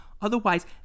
Otherwise